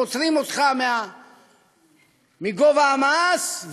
פוטרים אותך מגובה המס,